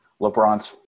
LeBron's